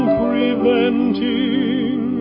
preventing